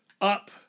up-